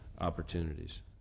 opportunities